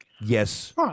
yes